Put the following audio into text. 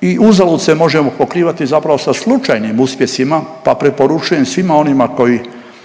i uzalud se možemo pokrivati sa slučajnim uspjesima pa preporučujem svima onima koji